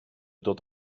dod